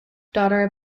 daughter